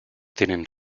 tienen